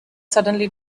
suddenly